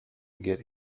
get